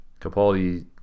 Capaldi